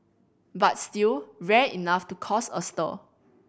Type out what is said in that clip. but still rare enough to cause a stir